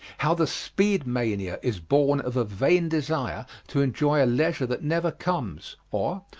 how the speed mania is born of a vain desire to enjoy a leisure that never comes or,